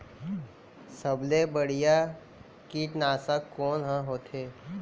सबले बढ़िया कीटनाशक कोन ह होथे?